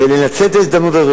לנצל את ההזדמנות הזאת,